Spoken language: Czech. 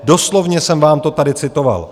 Doslovně jsem vám to tady citoval.